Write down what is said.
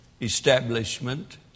establishment